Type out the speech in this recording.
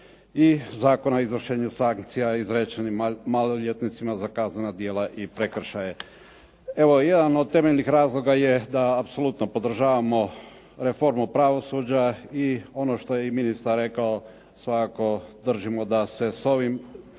i Zakona o izvršenju sankcija izrečenim maloljetnicima za kaznena djela i prekršaje. Evo, jedan od temeljnih razloga je da apsolutno podržavamo reformu pravosuđa i ono što je i ministar rekao, svakako držimo da se s ovim